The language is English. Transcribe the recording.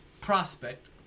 prospect